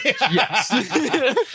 Yes